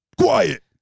quiet